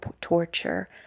torture